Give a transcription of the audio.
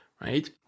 Right